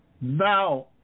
Now